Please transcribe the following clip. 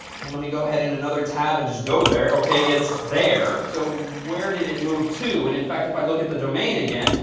and let me go ahead in another tab and just go there. ok, it's there. so where did it move to? and in fact, if i look at the domain again,